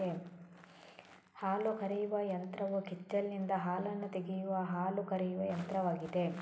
ಹಾಲು ಕರೆಯುವ ಯಂತ್ರವು ಕೆಚ್ಚಲಿನಿಂದ ಹಾಲನ್ನು ತೆಗೆಯುವ ಹಾಲು ಕರೆಯುವ ಯಂತ್ರವಾಗಿದೆ